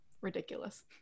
ridiculous